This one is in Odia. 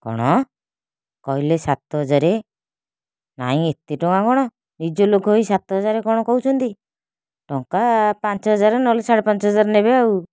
କ'ଣ କହିଲେ ସାତ ହଜାର ନାଇଁ ଏତେ ଟଙ୍କା କ'ଣ ନିଜ ଲୋକ ହେଇ ସାତ ହଜାର କ'ଣ କହୁଛନ୍ତି ଟଙ୍କା ପାଞ୍ଚ ହଜାର ନହେଲେ ସାଢ଼େ ପାଞ୍ଚ ହଜାର ନେବେ ଆଉ